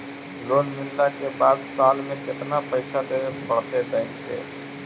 Loan मिलला के बाद साल में केतना पैसा देबे पड़तै बैक के?